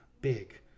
big